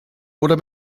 oder